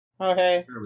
okay